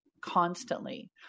constantly